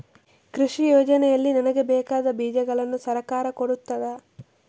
ಕೃಷಿ ಯೋಜನೆಯಲ್ಲಿ ನನಗೆ ಬೇಕಾದ ಬೀಜಗಳನ್ನು ಸರಕಾರ ಕೊಡುತ್ತದಾ?